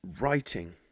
writing